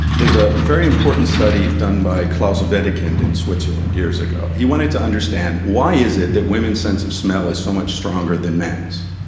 there is a very important study done by claus wedekind in switzerland years ago, he wanted to understand why is it that women's sense of smell is so much stronger than men's.